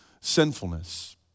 sinfulness